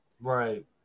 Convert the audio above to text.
Right